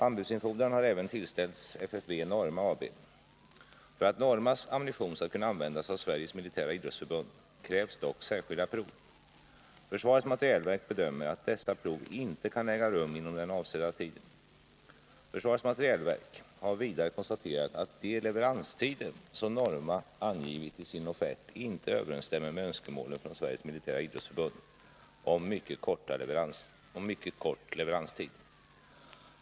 Anbudsinfordran har även tillställts FFV Norma AB. För att Normas ammunition skall kunna användas av Sveriges militära idrottsförbund krävs dock särskilda prov. Försvarets materielverk bedömer att dessa prov inte kan äga rum inom den avsedda tiden. Försvarets materielverk har vidare konstaterat att de leveranstider som Norma angivit i sin offert inte överensstämmer med önskemålen från Sveriges militära idrottsförbund om mycket kort leveranstid.